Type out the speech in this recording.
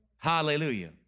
Hallelujah